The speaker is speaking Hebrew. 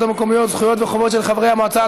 המקומיות (זכויות וחובות של חברי המועצה),